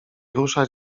ruszać